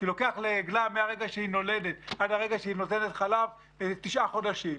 כי מרגע שהוא נולדת עד הרגע שהיא נותנת חלב לוקח לעגלה תשעה חודשים.